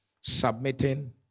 submitting